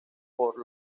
por